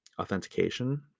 authentication